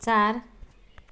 चार